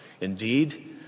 Indeed